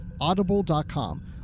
Audible.com